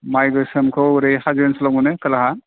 माइ गोसोमखौ ओरै हाजो ओनसोलाव मोनो खोलाहा